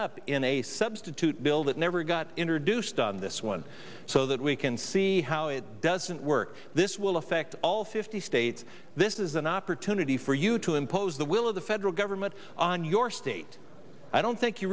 up in a substitute bill that never got introduced on this one so that we can see how it doesn't work this will affect all fifty states this is an opportunity for you to impose the will of the federal government on your state i don't think you